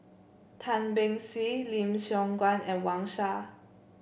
Tan Beng Swee Lim Siong Guan and Wang Sha